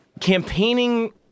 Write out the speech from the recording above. campaigning